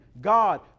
god